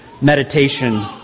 meditation